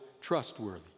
trustworthy